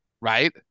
right